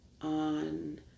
on